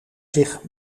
zich